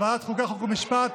ועדת החוקה, חוק ומשפט,